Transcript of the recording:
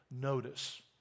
notice